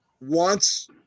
wants